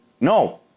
No